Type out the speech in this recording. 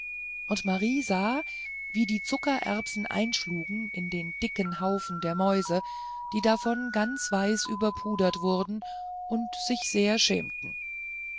und marie sah wie die zuckererbsen einschlugen in den dicken haufen der mäuse die davon ganz weiß überpudert wurden und sich sehr schämten